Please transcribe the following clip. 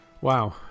Wow